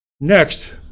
Next